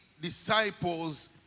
disciples